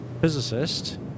physicist